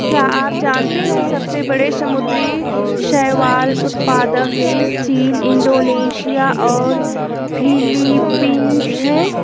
क्या आप जानते है सबसे बड़े समुद्री शैवाल उत्पादक देश चीन, इंडोनेशिया और फिलीपींस हैं?